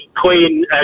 queen